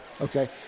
Okay